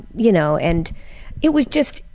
you know. and it was just,